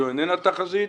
זו איננה תחזית,